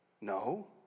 no